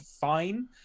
fine